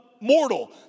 mortal